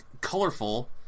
colorful